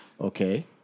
Okay